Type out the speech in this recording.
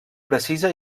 precisa